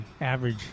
average